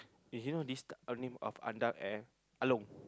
you this know this name of Andak and Along